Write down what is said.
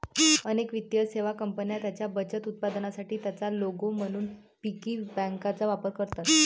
अनेक वित्तीय सेवा कंपन्या त्यांच्या बचत उत्पादनांसाठी त्यांचा लोगो म्हणून पिगी बँकांचा वापर करतात